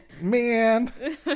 man